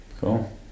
Cool